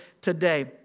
today